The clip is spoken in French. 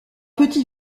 petit